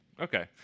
Okay